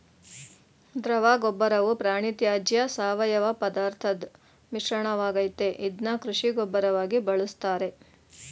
ದ್ರವಗೊಬ್ಬರವು ಪ್ರಾಣಿತ್ಯಾಜ್ಯ ಸಾವಯವಪದಾರ್ಥದ್ ಮಿಶ್ರಣವಾಗಯ್ತೆ ಇದ್ನ ಕೃಷಿ ಗೊಬ್ಬರವಾಗಿ ಬಳುಸ್ತಾರೆ